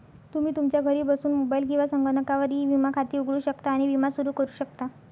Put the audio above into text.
तुम्ही तुमच्या घरी बसून मोबाईल किंवा संगणकावर ई विमा खाते उघडू शकता आणि विमा सुरू करू शकता